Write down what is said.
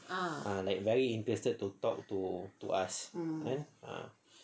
ah like very interested to talk to to us eh ah